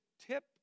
tip